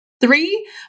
three